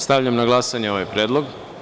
Stavljam na glasanje ovaj predlog.